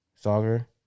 soccer